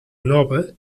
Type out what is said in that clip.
nova